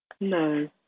No